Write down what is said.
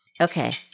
Okay